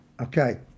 Okay